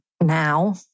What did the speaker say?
now